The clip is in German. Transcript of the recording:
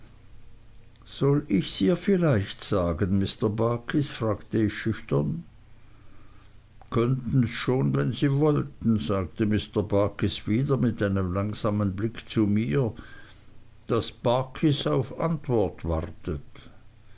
soll ichs ihr vielleicht sagen mr barkis fragte ich schüchtern könnten s schon wenn sie wollten sagte mr barkis wieder mit einem langsamen blick zu mir daß barkis auf antwort wartet